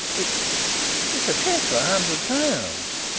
it's it's a cheque for a hundred pounds.